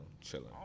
chilling